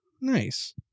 Nice